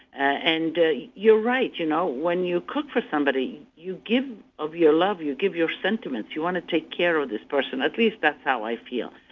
and you're right you know when you cook for somebody, you give of your love, you give your sentiments, you want to take care of this person. at least that's how i feel.